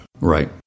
Right